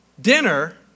dinner